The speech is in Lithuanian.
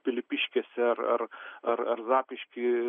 pylipiškėse ar ar ar ar zapyšky